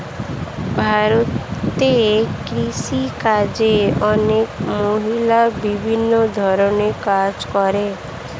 ভারতে কৃষিকাজে অনেক মহিলা বিভিন্ন ধরণের কাজ করে